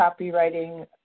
copywriting